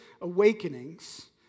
awakenings